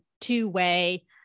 two-way